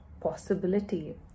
possibility